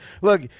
Look